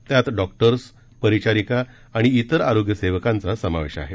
त्यात डॉक्टर्स परिचारिकाआणि तिर आरोग्य सेवकांचा समावेश आहे